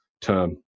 term